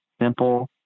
simple